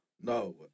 no